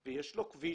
יש לו כביש,